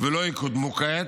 ולא יקודמו כעת,